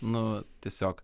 nu tiesiog